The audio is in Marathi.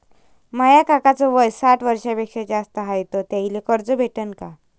माया काकाच वय साठ वर्षांपेक्षा जास्त हाय तर त्याइले कर्ज भेटन का?